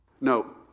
No